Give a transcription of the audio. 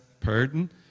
pardon